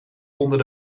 onder